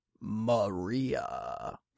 Maria